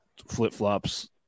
flip-flops